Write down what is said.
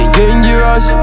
dangerous